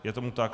Je tomu tak.